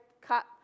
cut